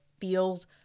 feels